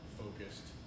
focused